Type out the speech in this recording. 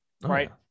Right